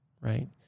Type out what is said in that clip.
right